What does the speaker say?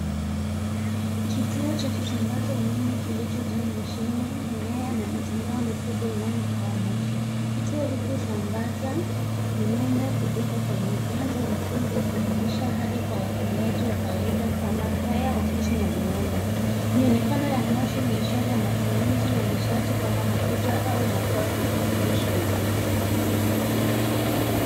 Kituo cha kusambaza umeme kilichojaa mashine, nyaya na mitandao mikubwa inayotoa moshi. Kituo hiki husambaza umeme kutoka kwenye vyanzo vikuu vya kuzalisha hadi kwa watumiaji wa kawaida kama kaya, ofisi na viwanda. Mionekano ya moshi ni ishara ya matumizi ya nishati kama mafuta au makaa kwa kuzalisha umeme.